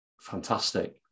fantastic